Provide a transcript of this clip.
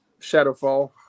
Shadowfall